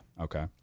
Okay